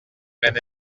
maine